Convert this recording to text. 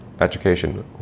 education